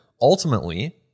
ultimately